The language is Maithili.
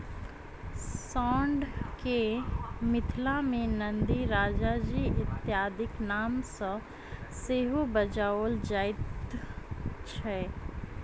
साँढ़ के मिथिला मे नंदी, राजाजी इत्यादिक नाम सॅ सेहो बजाओल जाइत छै